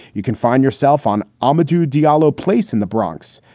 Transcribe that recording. you can find yourself on amadou diallo place in the bronx.